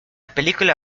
película